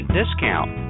discount